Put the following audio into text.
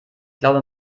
glaube